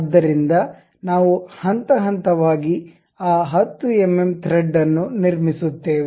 ಆದ್ದರಿಂದ ನಾವು ಹಂತ ಹಂತವಾಗಿ ಆ 10 ಎಂಎಂ ಥ್ರೆಡ್ ಅನ್ನು ನಿರ್ಮಿಸುತ್ತೇವೆ